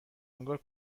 انگار